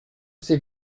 ces